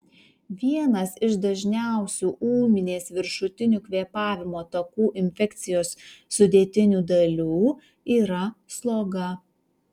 vienas iš dažniausių ūminės viršutinių kvėpavimo takų infekcijos sudėtinių dalių yra sloga